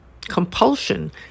compulsion